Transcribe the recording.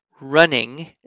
running